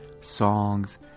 songs